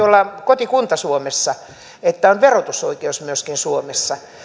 olla kotikunta suomessa että on verotusoikeus myöskin suomessa